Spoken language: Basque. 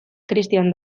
cristian